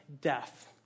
death